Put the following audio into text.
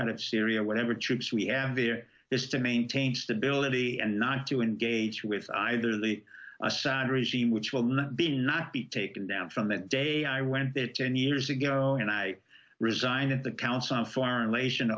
out of syria whatever troops we add there is to maintain stability and not to engage with either the assad regime which will not be not be taken down from that day i went there ten years ago and i resigned at the council on foreign relation